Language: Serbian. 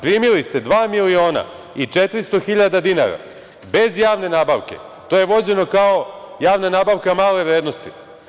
Primili ste 2.400.000 dinara, bez javne nabavke, to je vođeno kao javna nabavka male vrednosti.